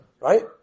Right